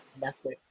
method